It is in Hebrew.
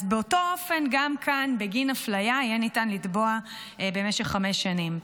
אז באותו אופן גם כאן בגין אפליה יהיה ניתן לתבוע במשך חמש שנים.